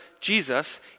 Jesus